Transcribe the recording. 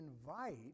invite